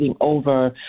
over